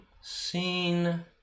Seen